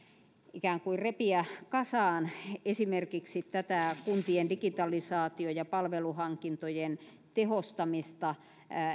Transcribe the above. ikään kuin repiä kasaan esimerkiksi tätä kuntien digitalisaatio ja palveluhankintojen tehostamista